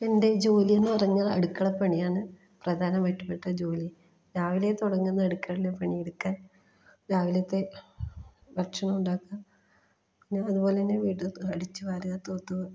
എൻ്റെ ജോലിയെന്ന് പറഞ്ഞാൽ അടുക്കളപ്പണിയാണ് പ്രധാനമായിട്ടും ഇവിടുത്തെ ജോലി രാവിലെ തുടങ്ങുന്ന അടുക്കളയിൽ പണിയെടുക്കാൻ രാവിലത്തെ ഭക്ഷണം ഉണ്ടാക്കുക പിന്നെ അതുപോലത്തന്നെ വീട് അടിച്ച് വാരുക തൂത്ത്